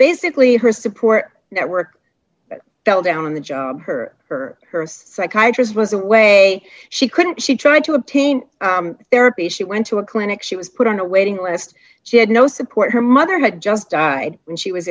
basically her support network fell down on the job her or her psychiatrist was a way she couldn't she trying to obtain therapy she went to a clinic she was put on a waiting list she had no support her mother had just died and she was